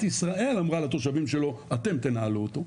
ישראל אמרה לתושבים שלו אתם תנהלו אותו,